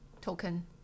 token